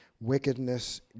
wickedness